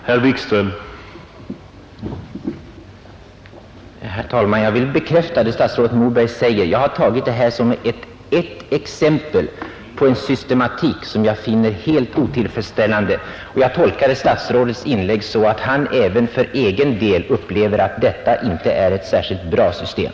Herr talman! Jag vill bekräfta vad statsrådet Moberg säger. Jag har tagit detta som ett exempel på en systematik som jag finner helt otillfredsställande, och jag tolkar statsrådets inlägg så att även han för egen del upplever det så att detta inte är ett särskilt bra system.